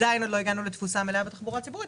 לא הגענו לתפוסה מלאה בתחבורה ציבורית,